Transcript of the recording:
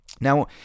Now